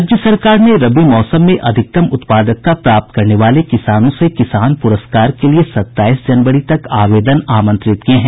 राज्य सरकार ने रबी मौसम में अधिकतम उत्पादकता प्राप्त करने वाले किसानों से किसान पुरस्कार के लिए सत्ताईस जनवरी तक आवेदन आमंत्रित किये हैं